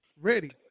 ready